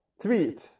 tweet